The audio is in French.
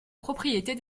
propriété